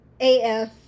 AF